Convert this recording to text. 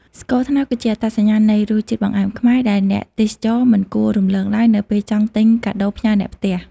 ស្ករត្នោតគឺជាអត្តសញ្ញាណនៃរសជាតិបង្អែមខ្មែរ ដែលអ្នកទេសចរមិនគួររំលងឡើយនៅពេលចង់ទិញកាដូផ្ញើអ្នកផ្ទះ។